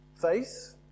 Faith